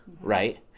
right